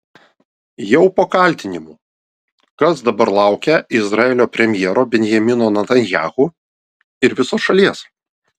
jau po kaltinimų kas dabar laukia izraelio premjero benjamino netanyahu ir visos šalies